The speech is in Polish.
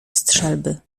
strzelby